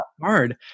hard